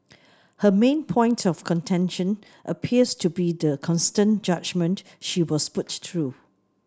her main point of contention appears to be the constant judgement she was put through